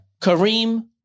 Kareem